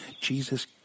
Jesus